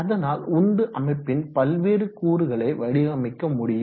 அதனால் உந்து அமைப்பின் பல்வேறு கூறுகளை வடிவமைக்க முடியும்